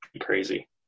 crazy